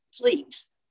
please